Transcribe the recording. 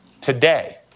today